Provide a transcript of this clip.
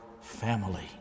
family